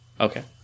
Okay